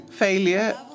Failure